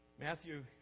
Matthew